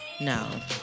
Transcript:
No